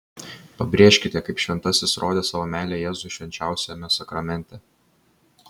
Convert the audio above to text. pabrėžkite kaip šventasis rodė savo meilę jėzui švenčiausiajame sakramente